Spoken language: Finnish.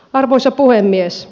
arvoisa puhemies